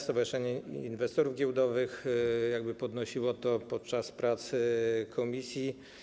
Stowarzyszenie Inwestorów Giełdowych podnosiło to podczas prac komisji.